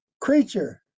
creature